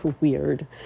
weird